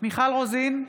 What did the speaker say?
מיכל רוזין,